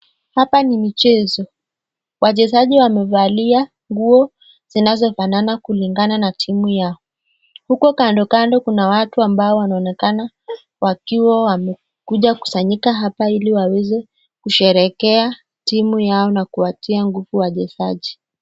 Hapa ni michezo. Wachezaji wamevalia nguo zinazofanana kulingana na timu yao, uko kando kando kuna watu ambao wanaonekana wakiwa wamekuja kusanyika hapa ili waweze kusherekea timu yao na kuwatia nguvu wachezaji.